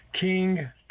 King